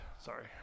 sorry